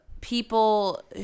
people